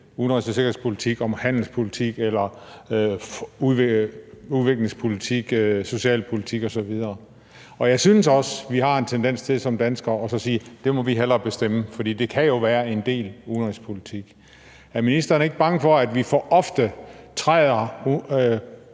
udenrigs- og sikkerhedspolitik og handelspolitik eller udviklingspolitik, socialpolitik osv. Og jeg synes også, vi har en tendens til som danskere at sige: Det må vi hellere bestemme, for det kan jo være en del udenrigspolitik. Er ministeren ikke bange for, at vi for ofte træder